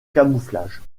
camouflage